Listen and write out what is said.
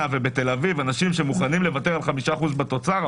ובתל-אביב אנשים שמוכנים לוותר על 5% בתוצר,